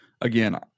Again